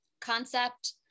concept